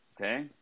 Okay